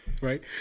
right